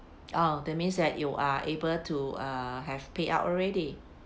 oh that means that you are able to uh have payout already